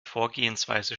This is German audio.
vorgehensweise